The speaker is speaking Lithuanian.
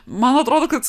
man atrodo kad